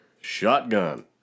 Shotgun